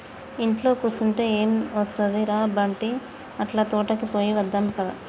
ఇంట్లో కుసంటే ఎం ఒస్తది ర బంటీ, అట్లా తోటకి పోయి వద్దాం పద